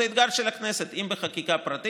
זה אתגר של הכנסת, אם בחקיקה פרטית